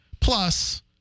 Plus